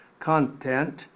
content